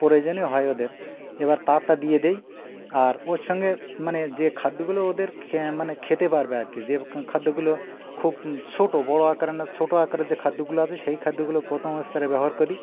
প্রয়োজনীয় হয় ওদের এবার তাপটা দিয়ে দিই আর ওর সঙ্গে মানে যে খাদ্যগুলো ওদের মানে খেতে পারবে আর কি যে খাদ্যগুলো খুব ছোট বড় আকার না ছোট আকারের যে খাদ্যগুলো আছে সেই খাদ্যগুলো প্রথম স্তরে ব্যবহার করি